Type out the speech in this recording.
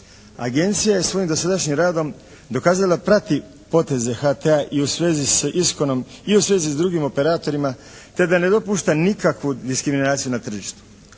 Agencija je svojim dosadašnjim radom dokazala da prati poteze HT-a i u svezi sa Iskonom i u svezi s drugim operatorima kada ne dopušta nikakvu diskriminaciju na tržištu.